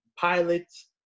pilots